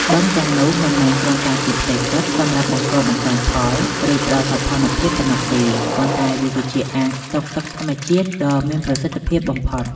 បឹងទាំងនោះ មិនមែនគ្រាន់តែជាផ្ទៃទឹកសម្រាប់បង្កបង្កើនផល ឬផ្តល់សោភ័ណភាពប៉ុណ្ណោះទេ ប៉ុន្តែវាគឺជាអាងស្តុកទឹកធម្មជាតិដ៏មានប្រសិទ្ធភាពបំផុត។